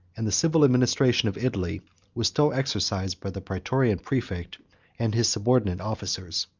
and the civil administration of italy was still exercised by the praetorian praefect and his subordinate officers.